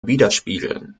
widerspiegeln